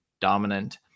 dominant